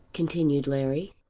continued larry.